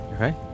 Okay